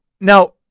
Now